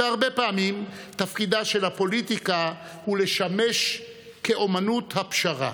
והרבה פעמים תפקידה של הפוליטיקה הוא לשמש כאומנות הפשרה,